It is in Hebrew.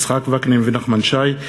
יצחק וקנין ונחמן שי.